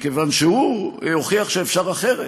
מכיוון שהוא הוכיח שאפשר אחרת.